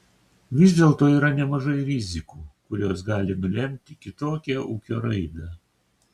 vis dėlto yra nemažai rizikų kurios gali nulemti kitokią ūkio raidą